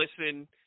listen